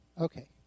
Okay